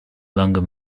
longer